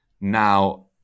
now